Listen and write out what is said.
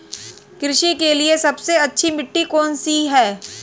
कृषि के लिए सबसे अच्छी मिट्टी कौन सी है?